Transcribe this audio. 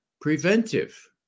preventive